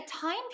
time